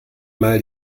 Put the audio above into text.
mal